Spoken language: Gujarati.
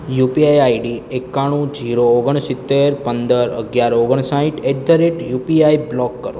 યુપીઆઈ આઈડી એકાણું જીરો ઓગણસિત્તેર પંદર અગિયાર ઓગણસાઠ at the rate UPI block કરો